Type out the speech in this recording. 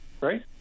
right